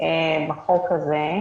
בחוק הזה,